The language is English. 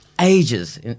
ages